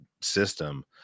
system